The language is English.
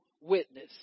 witness